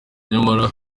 nyamara